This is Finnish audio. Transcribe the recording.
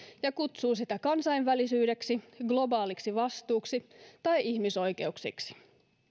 ja kutsuu sitä kansainvälisyydeksi globaaliksi vastuuksi tai ihmisoikeuksiksi